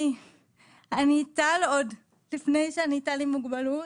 אני טל עוד לפני שאני טל עם מוגבלות,